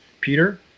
Peter